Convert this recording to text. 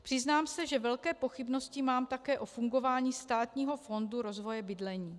Přiznám se, že velké pochybnosti mám také o fungování Státního fondu rozvoje bydlení.